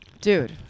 Dude